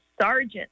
sergeant